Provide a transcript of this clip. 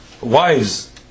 wives